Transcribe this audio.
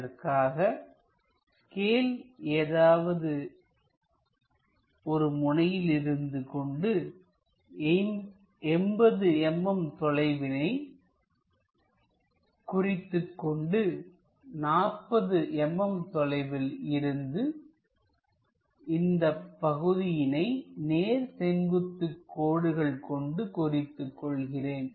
அதற்காக ஸ்கேல் ஏதாவது ஒரு முனையிலிருந்து கொண்டு 80mm தொலைவினை குறித்துக் கொண்டு 40 mm தொலைவில் இந்தப் பகுதியினை நேர் செங்குத்துக் கோடுகள் கொண்டு குறித்துக் கொள்கிறேன்